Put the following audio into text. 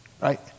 right